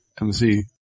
MC